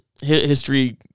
History